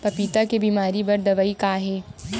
पपीता के बीमारी बर दवाई का हे?